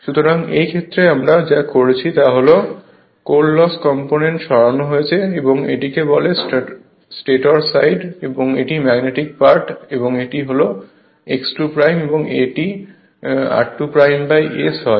সুতরাং এই ক্ষেত্রে আমরা যা করেছি তা হল কোর লস কম্পোনেন্ট সরানো হয়েছে এবং এটিকে বলে স্টেটর সাইড এটি ম্যাগনেটিক পার্ট এবং এটি হল x 2 এবং এই r2S হয়